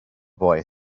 boy